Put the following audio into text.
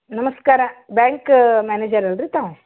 ನಮಸ್ಕಾರ bank manager ಅಲ್ಲ ರೀ ತಾವು